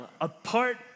apart